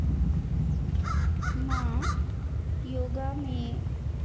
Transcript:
मां योगा में